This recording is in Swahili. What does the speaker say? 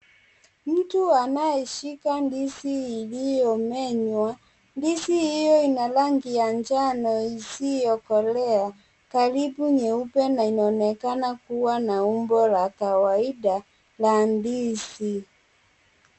Mtu anayeshika ndizi iliyomenywa, ndizi hiyo ina na rangi ya njano isiyokolea karibu nyeupe na inaonekana kuwa na umbo la kawaida la ndizi.